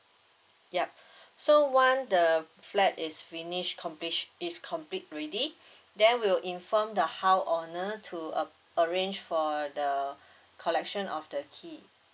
yup so one the flat is finish complete is compete already then we'll inform the house owner to uh arrange for the collection of the key